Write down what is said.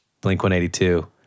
Blink-182